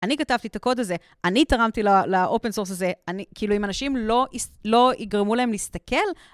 אני כתבתי את הקוד הזה, אני תרמתי לאופן סורס הזה, כאילו אם אנשים לא יגרמו להם להסתכל.